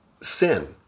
sin